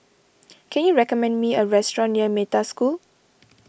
can you recommend me a restaurant near Metta School